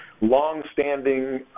Long-standing